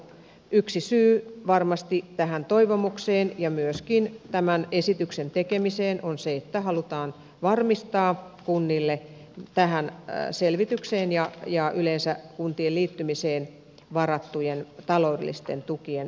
yksi syy varmasti tähän toivomukseen ja myöskin tämän esityksen tekemiseen on se että halutaan varmistaa kunnille tähän selvitykseen ja yleensä kuntien liittymiseen varattujen taloudellisten tukien saaminen